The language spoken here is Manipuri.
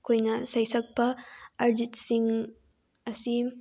ꯑꯩꯈꯣꯏꯅ ꯁꯩꯁꯛꯄ ꯑꯔꯤꯖꯤꯠ ꯁꯤꯡ ꯑꯁꯤ